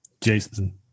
Jason